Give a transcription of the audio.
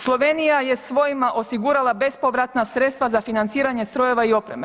Slovenija je svojima osigurala bespovratna sredstva za financiranje strojeva i opreme.